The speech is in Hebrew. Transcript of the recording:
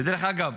ודרך אגב,